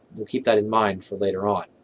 we'll keep that in mind for later on,